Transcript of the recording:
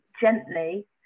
gently